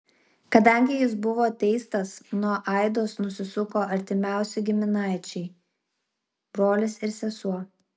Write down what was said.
kadangi jis buvo teistas nuo aidos nusisuko artimiausi giminaičiai brolis ir sesuo